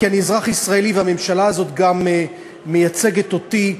כי אני אזרח ישראלי והממשלה הזאת גם מייצגת אותי,